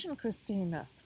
Christina